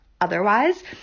otherwise